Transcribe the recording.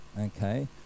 Okay